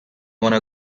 wanna